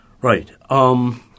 Right